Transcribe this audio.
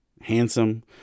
handsome